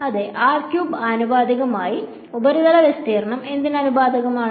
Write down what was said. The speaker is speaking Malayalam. അതെ ആനുപാതികമായി ഉപരിതല വിസ്തീർണ്ണം എന്തിനു ആനുപാതികമാണ്